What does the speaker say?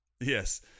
Yes